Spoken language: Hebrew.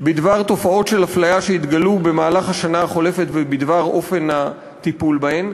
בדבר תופעות של אפליה שהתגלו במהלך השנה החולפת ובדבר אופן הטיפול בהן.